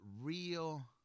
real